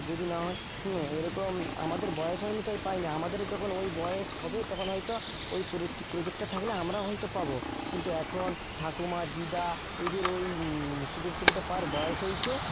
যদি না হয় এইরকম আমাদের বয়স হয়নি তাই পাইনি আমাদেরও যখন ওই বয়স হবে তখন হয়তো ওই প্রোজেক্টটা থাকলে আমরাও হয়তো পাবো কিন্তু এখন ঠাকুমা দিদা এদের ওই সুযোগ সুবিধা পাওয়ার বয়স হয়েছে